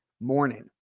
morning